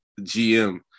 GM